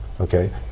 Okay